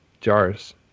jars